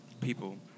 people